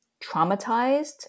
traumatized